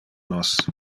nos